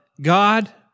God